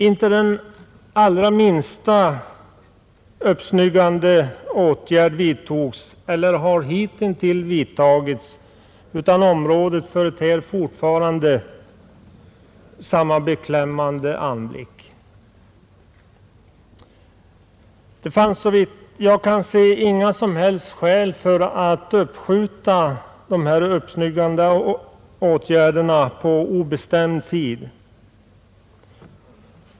Inte den allra minsta uppsnyggande åtgärd vidtogs eller har hitintills vidtagits, utan området företer fortfarande samma beklämmande anblick. Det. fanns, såvitt jag kan se, inget som helst skäl för att uppskjuta dessa uppsnyggande åtgärder på obestämd tid.